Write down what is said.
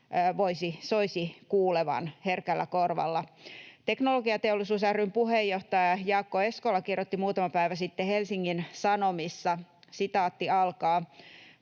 soisi kuulevan herkällä korvalla. Teknologiateollisuus ry:n puheenjohtaja Jaakko Eskola kirjoitti muutama päivä sitten Helsingin Sanomissa: ”Päättyvän